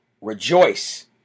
Rejoice